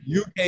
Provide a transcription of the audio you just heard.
UK